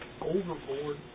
overboard